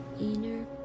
inner